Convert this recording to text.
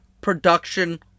production